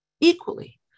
equally